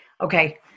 Okay